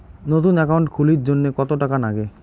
নতুন একাউন্ট খুলির জন্যে কত টাকা নাগে?